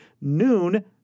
Noon